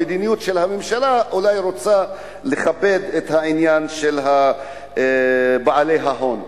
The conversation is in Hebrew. המדיניות של הממשלה אולי רוצה לכבד את העניין של בעלי ההון.